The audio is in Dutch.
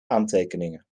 aantekeningen